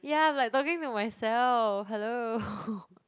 ya I'm like talking to myself hello